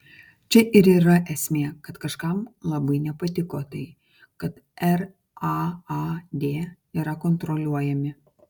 čia ir yra esmė kad kažkam labai nepatiko tai kad raad yra kontroliuojami